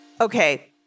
Okay